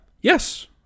yes